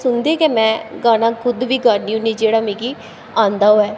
उं'दे कन्नै गाना खुद बी गान्नी होन्नी जेह्ड़ा मिगी औंदा होऐ